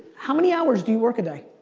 how many hours do you work a day?